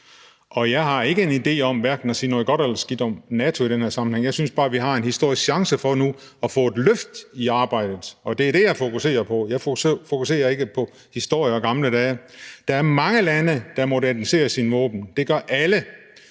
og jeg har ikke en idé om at sige hverken noget godt eller skidt om NATO i den her sammenhæng; jeg synes bare, vi har en historisk chance for nu at få et løft i arbejdet, og det er det, jeg fokuserer på. Jeg fokuserer ikke på historie og gamle dage. Der er mange lande, der moderniserer deres våben. Det gør alle